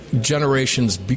generations